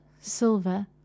silver